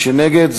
מי שנגד,